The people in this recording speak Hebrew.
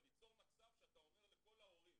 אבל ליצור מצב שאתה אומר לכל ההורים